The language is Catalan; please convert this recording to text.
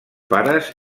pares